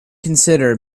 consider